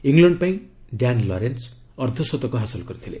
England ପାଇଁ Dan Lawrence ଅର୍ଦ୍ଧଶତକ ହାସଲ କରିଥିଲେ